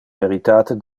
veritate